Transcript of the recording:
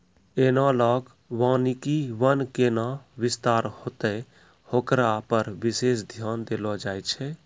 एनालाँक वानिकी वन कैना विस्तार होतै होकरा पर विशेष ध्यान देलो जाय छै